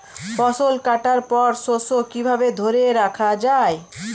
ফসল কাটার পর শস্য কিভাবে ধরে রাখা য়ায়?